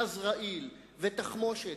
גז רעיל ותחמושת.